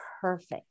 Perfect